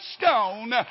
stone